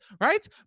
right